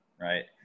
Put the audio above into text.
Right